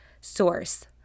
source